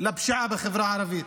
לפשיעה בחברה הערבית.